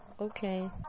okay